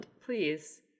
please